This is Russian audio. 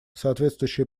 соответствующие